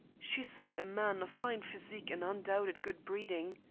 she saw a man of fine physique and undoubted good breeding.